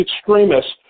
extremists